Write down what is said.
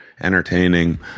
entertaining